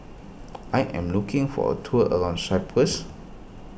I am looking for a tour around Cyprus